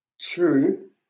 True